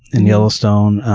in yellowstone,